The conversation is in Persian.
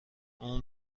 اون